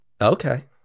Okay